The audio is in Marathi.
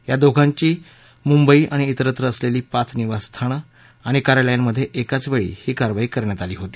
या दोघांची मुंबई आणि इतरत्र असलेली पाच निवासस्थानं आणि कार्यालयांमध्ये एकाच वेळी ही कारवाई करण्यात आली होती